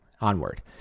Onward